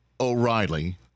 O'Reilly